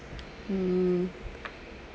um